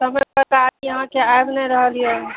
समयपर गाड़ी अहाँके आबि नहि रहल यऽ